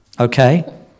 Okay